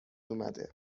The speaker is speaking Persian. اومده